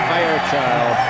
Firechild